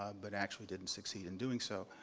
ah but actually didn't succeed in doing so.